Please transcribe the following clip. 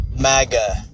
MAGA